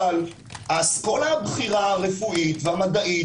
אבל האסכולה הבכירה הרפואית והמדעית